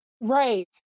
right